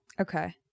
Okay